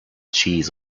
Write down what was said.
cheese